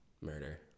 murder